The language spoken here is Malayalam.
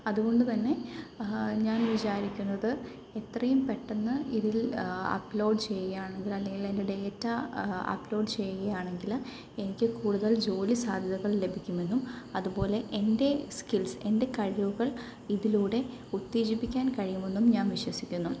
അതുകൊണ്ടുതന്നെ ഞാൻ വിചാരിക്കുന്നത് എത്രയും പെട്ടെന്ന് ഇതിൽ അപ്ലോഡ് ചെയ്യുകയാണെങ്കിൽ അല്ലെങ്കിൽ എന്റെ ഡേറ്റ അപ്ലോഡ് ചെയ്യുകയാണെങ്കില് എനിക്ക് കൂടുതൽ ജോലി സാധ്യതകൾ ലഭിക്കുമെന്നും അതുപോലെ എന്റെ സ്കിൽസ് എന്റെ കഴിവുകൾ ഇതിലൂടെ ഉത്തേജിപ്പിക്കാൻ കഴിയുമെന്നും ഞാൻ വിശ്വസിക്കുന്നു